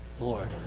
Lord